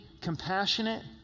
compassionate